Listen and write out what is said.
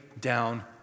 down